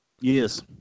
Yes